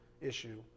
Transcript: issue